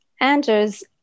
Andrews